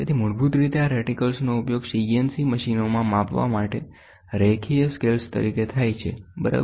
તેથી મૂળભૂત રીતે આ રેટીકલ્સનો ઉપયોગ CNC મશીનોમાં માપવા માટે રેખીય સ્કેલતરીકે થાય છે બરાબર